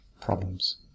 problems